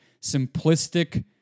simplistic